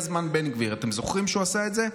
"הגיע זמן בן גביר" אתם זוכרים שהוא עשה את זה?